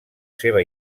seva